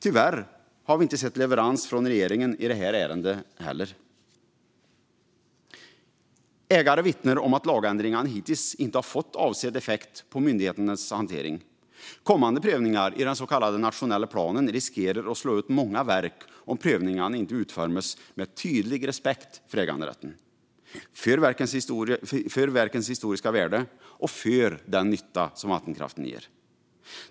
Tyvärr har vi inte sett leverans från regeringen i detta ärende heller. Ägare vittnar om att lagändringarna hittills inte har fått avsedd effekt på myndigheternas hantering. Kommande prövningar i den så kallade nationella planen riskerar att slå ut många verk om prövningarna inte utformas med tydlig respekt för äganderätten, för verkens historiska värde och för den nytta som vattenkraften ger.